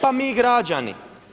Pa mi građani.